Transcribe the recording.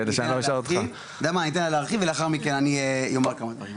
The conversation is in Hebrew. אתה יודע מה אני אתן לה להרחיב ולאחר מכן אני אומר כמה דברים,